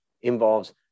involves